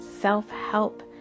self-help